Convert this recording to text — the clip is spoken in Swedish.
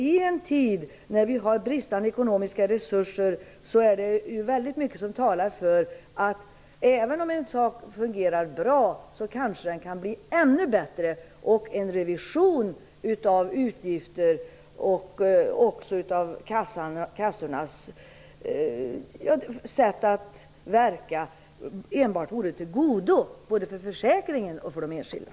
I en tid med bristande ekonomiska resurser finns det mycket som talar för att även om en sak fungerar bra kan den kanske bli ännu bättre. En revision av utgifterna och av kassornas sätt att verka skulle kunna vara till godo både för försäkringen och för de enskilda.